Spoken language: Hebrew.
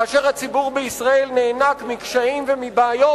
כאשר הציבור בישראל נאנק מקשיים ומבעיות,